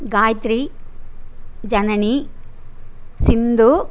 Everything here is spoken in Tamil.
காயத்ரி ஜனனி சிந்து